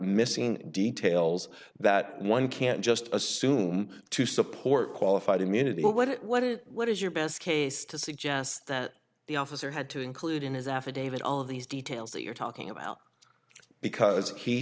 missing details that one can just assume to support qualified immunity but what it what it what is your best case to suggest that the officer had to include in his affidavit all of these details that you're talking about because he